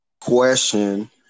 question